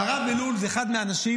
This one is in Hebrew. והרב אלול הוא אחד מהאנשים,